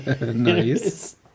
Nice